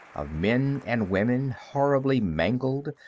of men and women horribly mangled,